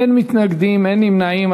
אין מתנגדים, אין נמנעים.